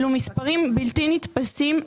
אלו מספרים בלתי נתפסים.